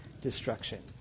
destruction